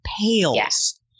pales